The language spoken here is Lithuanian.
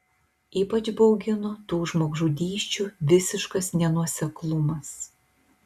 ypač baugino tų žmogžudysčių visiškas nenuoseklumas